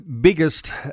biggest